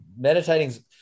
Meditating